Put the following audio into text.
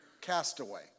castaway